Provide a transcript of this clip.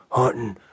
hunting